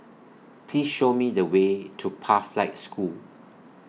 Please Show Me The Way to Pathlight School